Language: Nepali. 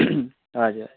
हजुर